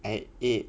I ate